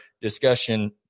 discussion